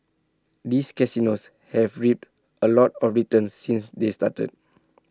this casinos have reaped A lot of returns since they started